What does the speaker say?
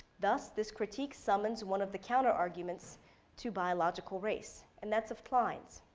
thus, this critique summons one of the counter arguments to biological race, and that's of clines.